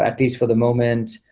at least for the moments,